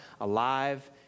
alive